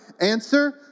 Answer